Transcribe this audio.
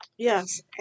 Yes